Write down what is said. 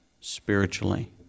spiritually